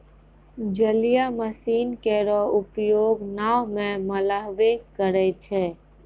जलीय मसीन केरो उपयोग नाव म मल्हबे करै छै?